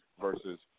versus